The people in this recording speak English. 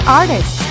artists